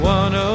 one